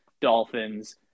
Dolphins